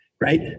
right